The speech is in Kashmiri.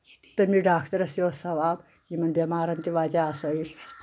تٔمِس ڈاکٹرس یہِ اوس ثواب یِمن بؠمارن تہِ وتہِ ہا آسٲیِش